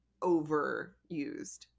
overused